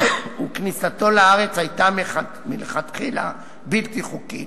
וכניסתו לארץ היתה מלכתחילה בלתי חוקית,